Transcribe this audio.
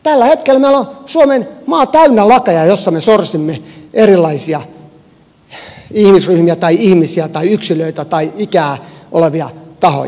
tällä hetkellä meillä on suomen maa täynnä lakeja joissa me sorsimme erilaisia ihmisryhmiä tai ihmisiä tai yksilöitä tai ikää olevia tahoja